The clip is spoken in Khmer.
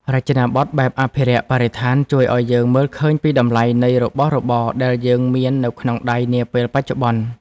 រចនាប័ទ្មបែបអភិរក្សបរិស្ថានជួយឱ្យយើងមើលឃើញពីតម្លៃនៃរបស់របរដែលយើងមាននៅក្នុងដៃនាពេលបច្ចុប្បន្ន។